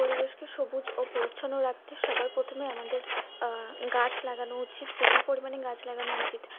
পরিবেশকে সবুজ ও পরিচ্ছন্ন রাখতে সবার প্রথমে আমাদের গাছ লাগানো উচিত প্রচুর পরিমাণে গাছ লাগানো উচিত